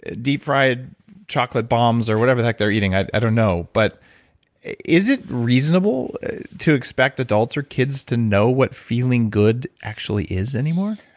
deep fried chocolate bombs or whatever the heck they're eating. i don't know, but is it reasonable to expect adults or kids to know what feeling good actually is anymore?